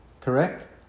correct